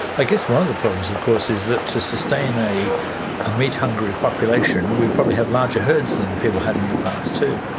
i guess one of the problems of course is that to sustain a ah meat-hungry population we probably have larger herds than people had in the past, too.